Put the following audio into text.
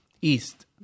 East